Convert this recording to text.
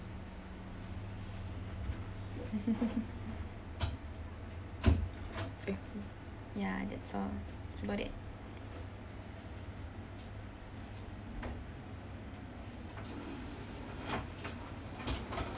ya that's all that's about it